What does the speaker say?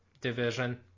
division